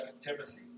Timothy